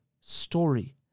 story